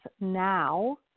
now